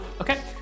okay